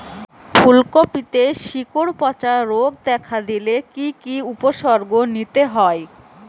ফুলকপিতে শিকড় পচা রোগ দেখা দিলে কি কি উপসর্গ নিতে হয়?